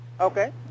Okay